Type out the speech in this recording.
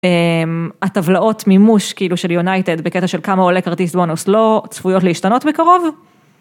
הטבלאות מימוש כאילו של יונייטד בקטע של כמה עולה כרטיס וונוס לא צפויות להשתנות בקרוב?